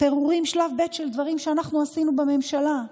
פירורים שלב ב' של דברים שאנחנו עשינו בממשלה.